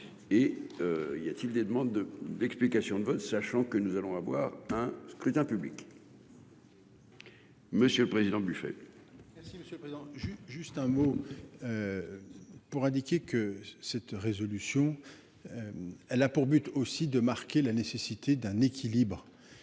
et. Y a-t-il des demandes d'explications de vote sachant que nous allons avoir un scrutin public. Monsieur le Président buffet. Merci monsieur. Juste un mot. Pour indiquer que cette résolution. Elle a pour but aussi de marquer la nécessité d'un équilibre.